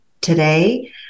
today